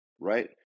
right